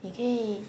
你可以